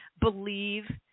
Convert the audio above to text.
believe